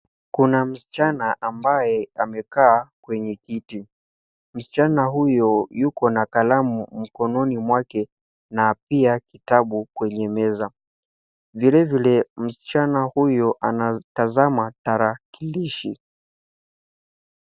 Kuna msichana ambaye amekaa kwenye kiti, msichana huyo yukona kalamu mkononi mwake na pia kitabu kwenye meza vile vile msichana huyo anatazama tarakilishi.